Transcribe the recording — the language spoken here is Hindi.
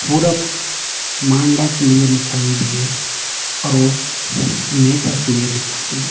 फिर अब मांडा के लिए निकल दिए और वो मेजा के लिए निकल दिए